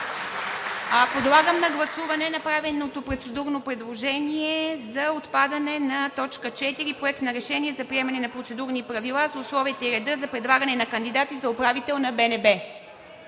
Подлагам на гласуване направеното процедурно предложение за отпадане на т. 4 – Проект на решение за приемане на процедурни правила за условията и реда за предлагане на кандидати за управител на БНБ.